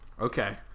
Okay